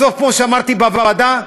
בסוף, כמו שאמרתי בוועדה,